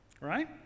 right